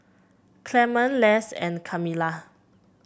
Clemon Les and Camila